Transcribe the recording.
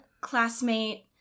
classmate